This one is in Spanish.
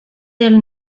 del